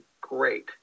great